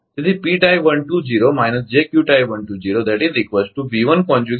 તેથી આ સમીકરણ A છે